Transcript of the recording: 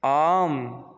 आम्